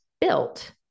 built